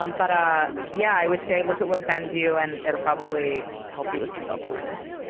um but yeah, i would say look at what offends you and it will probably help you with some self awareness.